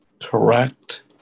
correct